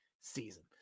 season